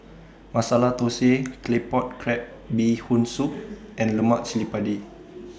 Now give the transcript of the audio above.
Masala Thosai Claypot Crab Bee Hoon Soup and Lemak Cili Padi